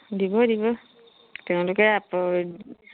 দিব দিব তেওঁলোকে আঁতৰত